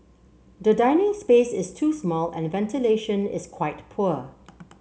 the dining space is too small and ventilation is quite poor